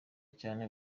cyane